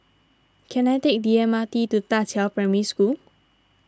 can I take the M R T to Da Qiao Primary School